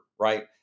right